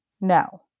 no